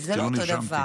זה לא אותו דבר.